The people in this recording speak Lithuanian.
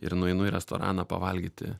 ir nueinu į restoraną pavalgyti